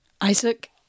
Isaac